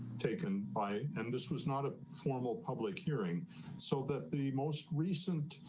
taken by and this was not a formal public hearing so that the most recent